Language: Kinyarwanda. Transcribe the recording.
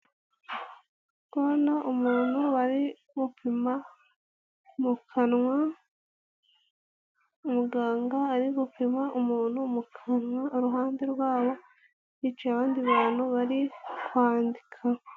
Ndi kubona umuntu bari gupima mu kanwa, muganga ari gupima umuntu mu kanwa, iruhande rwabo hicaye abandi bantu bari kwandika.